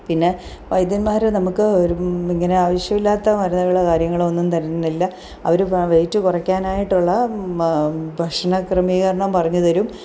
പിന്നെ വൈദ്യന്മാർ നമുക്ക് ഒരു ഇങ്ങനെ ആവശ്യമില്ലാത്ത മരുന്നുകൾ കാര്യങ്ങൾ ഒന്നും തരുന്നില്ല അവർ വെയിറ്റ് കുറയ്ക്കാനായിട്ടുള്ള ബ് ഭക്ഷണ ക്രമീകരണം പറഞ്ഞ് തരും